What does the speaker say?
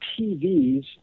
TVs